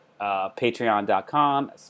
patreon.com